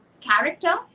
character